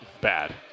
bad